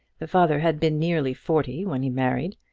the father had been nearly forty when he married.